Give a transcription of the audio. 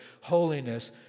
Holiness